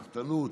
סחטנות,